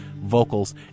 vocals